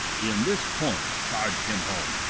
in this point charge him home,